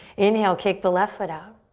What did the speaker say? inhale, kick the left foot out.